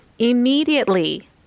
Immediately